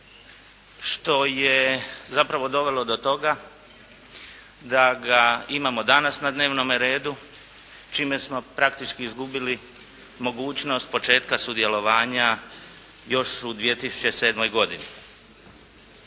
što je zapravo dovelo do toga da ga imamo danas na dnevnome redu čime smo praktički izgubili mogućnost početka sudjelovanja još u 2007. godini.